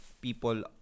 people